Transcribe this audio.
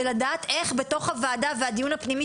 ולדעת איך בתוך הועדה והדיון הפנימי